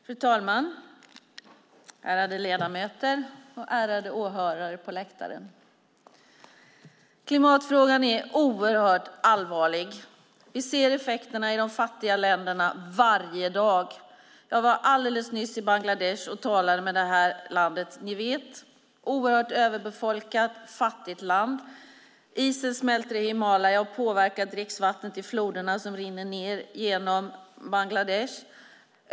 Fru talman, ärade ledamöter och ärade åhörare på läktaren! Klimatfrågan är oerhört allvarlig. Vi ser varje dag effekterna i de fattiga länderna. Jag var alldeles nyss i Bangladesh. Ni vet att det är ett oerhört överbefolkat och fattigt land. Isen smälter i Himalaya och påverkar dricksvattnet i floderna som rinner genom Bangladesh.